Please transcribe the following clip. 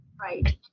Right